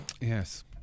Yes